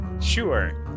sure